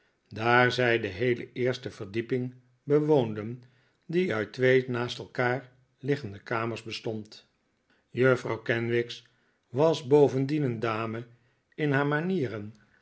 daar zij de heele eerste verdieping bewoonden die uit twee naast elkaar liggende kamers bestond juffrouw kenwigs was bovendien een dame in haar manieren